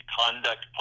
conduct